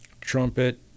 trumpet